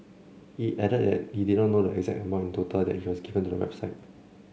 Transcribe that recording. he added that he did not know the exact amount in total that he has given to the website